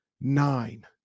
nine